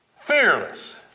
fearless